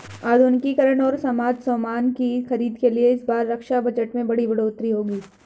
आधुनिकीकरण और साजोसामान की खरीद के लिए इस बार रक्षा बजट में बड़ी बढ़ोतरी होगी